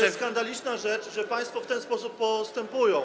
To jest skandaliczna rzecz, że państwo w ten sposób postępują.